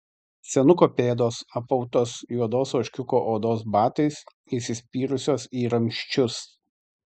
senuko pėdos apautos juodos ožkiuko odos batais įsispyrusios į ramsčius